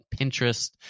Pinterest